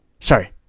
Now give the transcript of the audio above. Sorry